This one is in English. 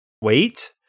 wait